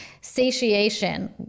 Satiation